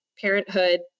parenthood